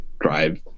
drive